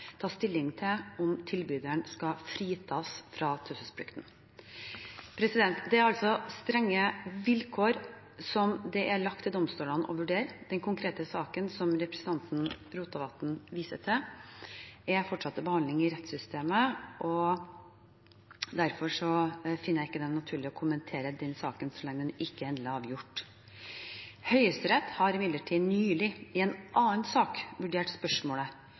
ta stilling til om tilbyderen skal fritas fra taushetsplikten. Det er altså strenge vilkår som det er lagt til domstolene å vurdere. Den konkrete saken som representanten Rotevatn viser til, er fortsatt til behandling i rettssystemet, og derfor finner jeg det ikke naturlig å kommentere den saken så lenge den ikke er endelig avgjort. Høyesterett har imidlertid nylig, i en annen sak, vurdert spørsmålet